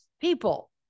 people